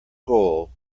goal